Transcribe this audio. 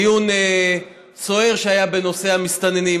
בדיון סוער שהיה בנושא המסתננים.